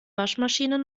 waschmaschine